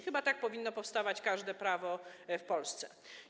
Chyba tak powinno powstawać każde prawo w Polsce.